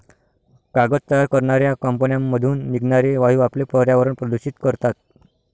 कागद तयार करणाऱ्या कंपन्यांमधून निघणारे वायू आपले पर्यावरण प्रदूषित करतात